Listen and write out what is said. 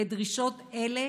לדרישות אלה